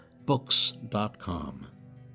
Books.com